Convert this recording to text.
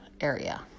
area